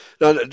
Now